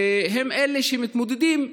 והם אלה שמתמודדים,